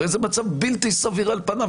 הרי זה מצב בלתי סביר על פניו,